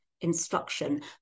instruction